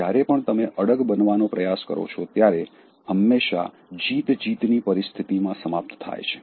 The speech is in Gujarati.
જ્યારે પણ તમે અડગ બનવાનો પ્રયાસ કરો છો ત્યારે હંમેશાં જીત જીતની પરિસ્થિતિમાં સમાપ્ત થાય છે